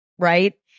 right